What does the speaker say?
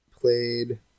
Played